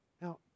Now